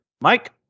Mike